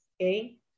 Okay